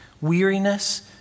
weariness